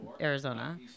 Arizona